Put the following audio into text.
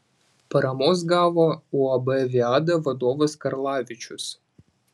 paramos gavo uab viada vadovas karlavičius